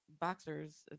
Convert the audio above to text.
boxers